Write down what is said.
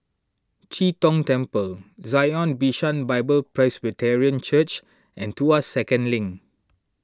Chee Tong Temple Zion Bishan Bible Presbyterian Church and Tuas Second Link